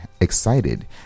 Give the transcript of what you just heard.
excited